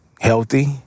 healthy